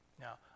Now